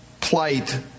plight